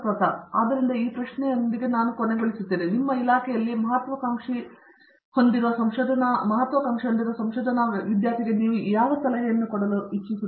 ಪ್ರತಾಪ್ ಹರಿಡೋಸ್ ಆದ್ದರಿಂದ ಈ ಪ್ರಶ್ನೆಯೊಂದಿಗೆ ನಾವು ಮುಚ್ಚಬಹುದು ನಿಮ್ಮ ಇಲಾಖೆಯಲ್ಲಿ ಮಹತ್ವಾಕಾಂಕ್ಷಿ ಸಂಶೋಧನಾ ವಿದ್ಯಾರ್ಥಿಗೆ ಯಾವ ಸಲಹೆಯನ್ನು ನೀಡುವುದು